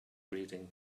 reading